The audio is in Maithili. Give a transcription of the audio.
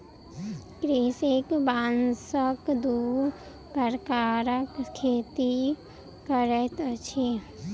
कृषक बांसक दू प्रकारक खेती करैत अछि